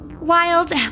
Wild